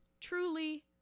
truly